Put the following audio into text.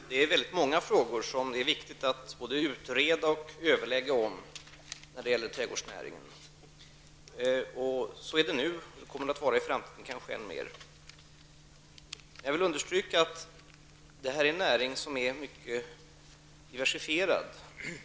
Herr talman! Det är väldigt många frågor när det gäller trädgårdsnäringen som det är viktigt att både utreda och överlägga om. Så är det nu, och så kommer det kanske ännu mer att vara i framtiden. Jag vill understryka att det här är en näring som är mycket diversifierad.